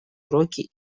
уроки